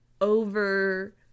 over